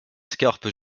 scarpe